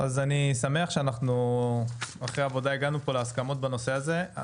אז אני שמח שאחרי עבודה הגענו להסכמות בנושא הזה.